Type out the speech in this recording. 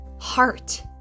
heart